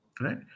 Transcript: right